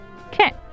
Okay